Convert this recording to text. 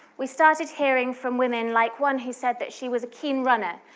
we started hearing from women like one who said that she was a keen runner,